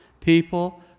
people